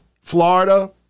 Florida